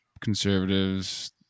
conservatives